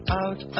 out